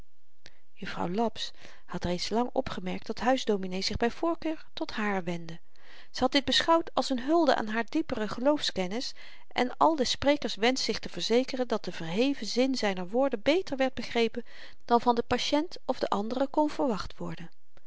juffrouw laps had reeds lang opgemerkt dat huisdominee zich by voorkeur tot haar wendde ze had dit beschouwd als n hulde aan haar diepere geloofskennis en als des sprekers wensch zich te verzekeren dat de verheven zin zyner woorden beter werd begrepen dan van den patient of de anderen kon verwacht worden